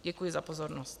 Děkuji za pozornost.